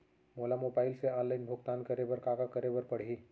मोला मोबाइल से ऑनलाइन भुगतान करे बर का करे बर पड़ही?